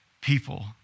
people